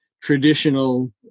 traditional